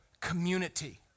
community